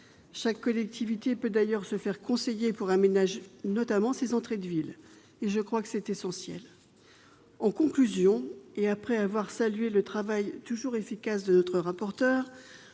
Chaque collectivité peut d'ailleurs se faire conseiller, notamment pour aménager ses entrées de ville ; je crois que c'est essentiel. Après avoir salué le travail toujours efficace de notre rapporteur,